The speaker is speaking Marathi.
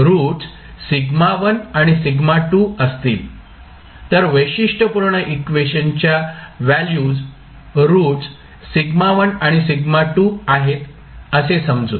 रूट्स σ1 आणि σ2 असतील तर वैशिष्ट्यपूर्ण इक्वेशनच्या व्हॅल्यूस् रूट्स σ1 आणि σ2 आहेत असे समजू